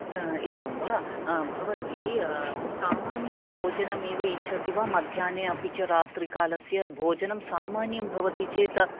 एवं वा भवती सामान्यं भोजनमेव इच्छति वा मध्याह्ने अपि च रात्रिकालस्य भोजनं सामान्यं भवती चेत्